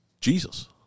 Jesus